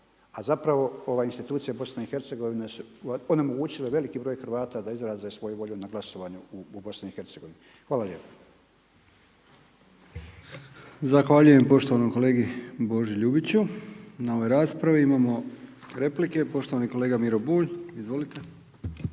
a zapravo ova institucija BiH su onemogućile veliki broj Hrvata da izraze svoju volju na glasovanju u BiH. Hvala lijepo. **Brkić, Milijan (HDZ)** Zahvaljujem poštovanom kolegi Boži Ljubiću na ovoj raspravi. Imamo replike. Poštovani kolega Miro Bulj, izvolite.